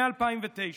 מ-2009,